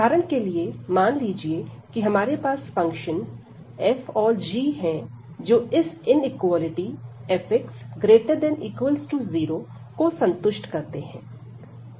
उदाहरण के लिए मान लीजिए कि हमारे पास फंक्शन f और g हैं जो इस इनिक्वालिटी fx≥0 को संतुष्ट करते हैं